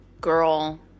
Girl